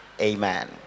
Amen